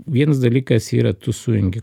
vienas dalykas yra tu sujungi